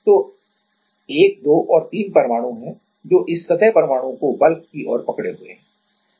तो 1 2 और 3 परमाणु हैं जो इस सतह परमाणु को बल्क की ओर पकड़े हुए हैं